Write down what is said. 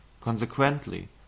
consequently